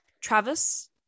Travis